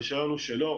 הרישיון הוא שלו,